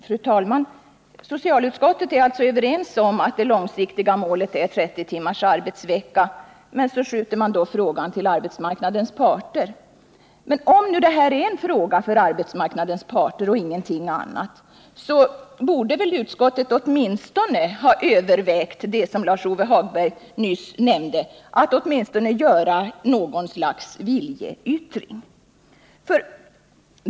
Fru talman! Socialutskottet är alltså enigt om att det långsiktiga målet är 30 timmars arbetsvecka, men man skjuter över frågan till arbetsmarknadens parter. Om det här är en fråga för arbetsmarknadens parter och ingenting annat borde utskottet åtminstone ha övervägt det som Lars-Ove Hagberg nyss nämnde -— att uttala något slags viljeyttring.